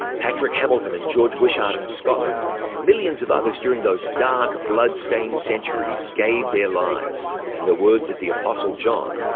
patrick hamilton and george wishart in scotland, and millions of others during those dark, blood-stained centuries, gave their lives, in the words of the apostle john,